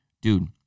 dude